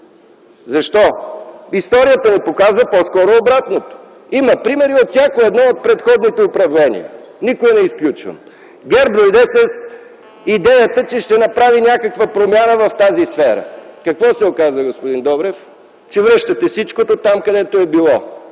Защо? Историята ни показва по-скоро обратното. Има примери от всяко едно от предходните управления. Не изключвам никое. ГЕРБ дойде с идеята, че ще направи някаква промяна в тази сфера. Какво се оказва, господин Добрев? Че връщате всичкото там, където е било.